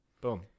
Boom